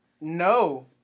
No